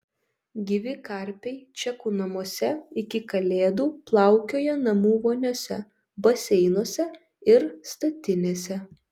gyvi karpiai čekų namuose iki kalėdų plaukioja namų voniose baseinuose ir statinėse